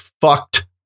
Fucked